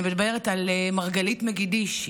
אני מדברת על מרגלית מגידיש,